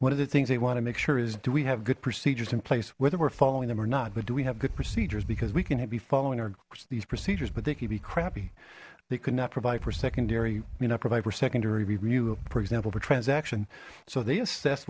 one of the things they want to make sure is do we have good procedures in place whether we're following them or not but do we have good procedures because we can hit be following our these procedures but they could be crappy they could not provide for secondary for secondary review for example for transaction so they assess